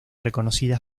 reconocida